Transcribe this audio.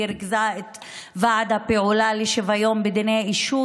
היא ריכזה את ועד הפעולה לשוויון בדיני אישות,